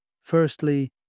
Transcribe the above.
Firstly